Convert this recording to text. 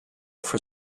for